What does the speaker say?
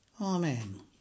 Amen